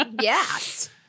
Yes